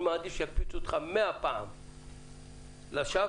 אני מעדיף שיקפיצו אותך מאה פעם לשווא,